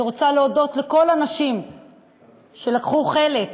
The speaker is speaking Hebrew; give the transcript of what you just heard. אני רוצה להודות לכל הנשים שלקחו חלק